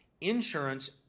insurance